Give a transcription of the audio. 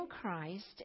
Christ